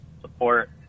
support